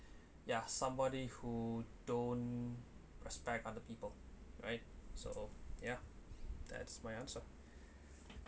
ya somebody who don't respect other people right so ya that's my answer